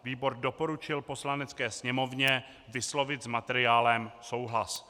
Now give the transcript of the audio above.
Výbor doporučil Poslanecké sněmovně vyslovit s materiálem souhlas.